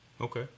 Okay